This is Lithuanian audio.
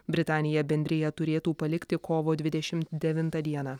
britanija bendriją turėtų palikti kovo dvidešimt devintą dieną